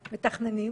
מתכננים,